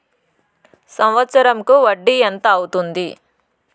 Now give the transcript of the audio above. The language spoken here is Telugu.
సంవత్సరం కు వడ్డీ ఎంత అవుతుంది?